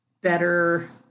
better